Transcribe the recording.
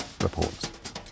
reports